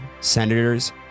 senators